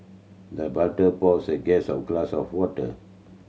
the butler poured the guest a glass of water